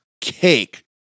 cake